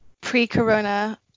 pre-corona